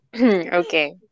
Okay